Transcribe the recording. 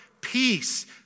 peace